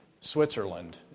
Switzerland